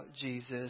Jesus